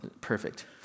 perfect